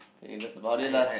think that's about it lah